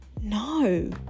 no